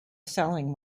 selling